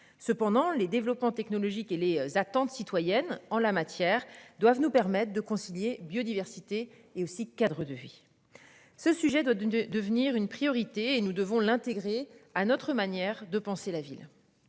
Cependant les développements technologiques et les attentes citoyennes en la matière, doivent nous permettre de concilier biodiversité et aussi Cadre de vie. Ce sujet doit devenir une priorité et nous devons l'intégrer à notre manière de penser la ville.